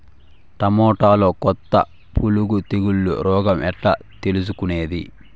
టమోటాలో కొత్త పులుగు తెలుసు రోగం ఎట్లా తెలుసుకునేది?